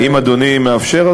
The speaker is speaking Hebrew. אם אדוני מאפשר,